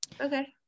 Okay